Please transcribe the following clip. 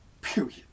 Period